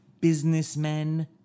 businessmen